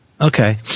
okay